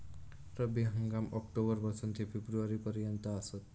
रब्बी हंगाम ऑक्टोबर पासून ते फेब्रुवारी पर्यंत आसात